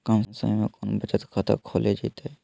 कम समय में कौन बचत खाता खोले जयते?